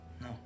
No